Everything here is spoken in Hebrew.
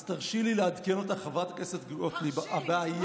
אז תרשי לי לעדכן אותך, חברת הכנסת גוטליב: הבעיה